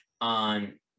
on